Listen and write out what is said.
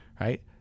right